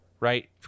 right